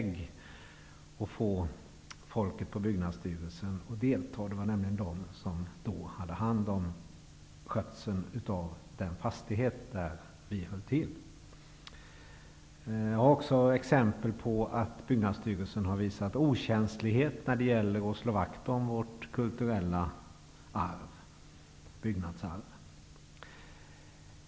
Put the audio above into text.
Att försöka få folket på Byggnadsstyrelsen att delta var som att köra huvudet i väggen. Jag har också exempel på att Byggnadsstyrelsen har visat okänslighet när det gäller att slå vakt om vårt kulturella byggnadsarv.